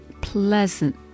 pleasant